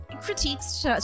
critiques